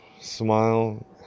smile